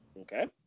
Okay